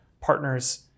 partners